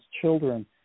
children